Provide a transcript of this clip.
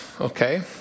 okay